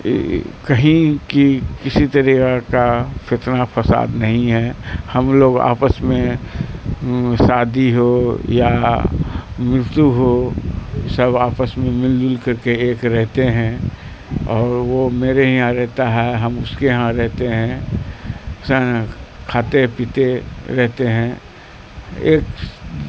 کہیں کی کسی طریقہ کا فتنہ فساد نہیں ہے ہم لوگ آپس میں شادی ہو یا مرتیو ہو سب آپس میں مل جل کر کے ایک رہتے ہیں اور وہ میرے یہاں رہتا ہے ہم اس کے یہاں رہتے ہیں کھاتے پیتے رہتے ہیں ایک